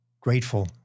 grateful